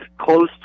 close